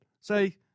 Say